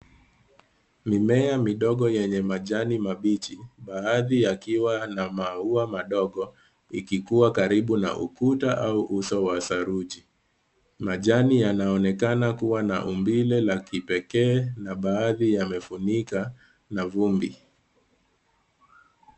Mimea midogo yenye majani mabichi, baadhi yakiwa na maua madogo ikikuwa karibu na ukuta au uso wa saruji. Majani yanaonekana kuwa na umbile la kipekee na baadhi yamefunikwa na vumbi.